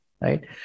Right